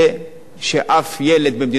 מפני שאבא שלו מרוויח שכר מינימום,